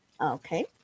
Okay